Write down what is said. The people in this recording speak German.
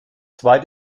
zwei